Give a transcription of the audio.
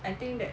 I think that